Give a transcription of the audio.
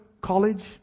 college